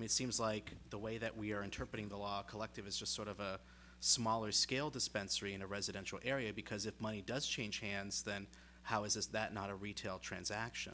dispensary seems like the way that we are interpreting the law collective is just sort of a smaller scale dispensary in a residential area because if money does change hands then how is that not a retail transaction